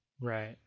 right